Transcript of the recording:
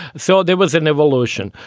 so there was an evolution.